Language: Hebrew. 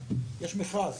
יש מכרז.